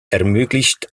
ermöglichte